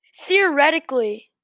theoretically